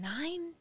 nine